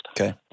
Okay